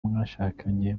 mwashakanye